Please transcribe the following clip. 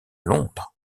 londres